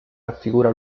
raffigura